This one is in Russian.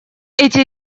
это